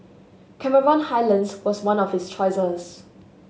Cameron Highlands was one of his choices